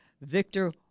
Victor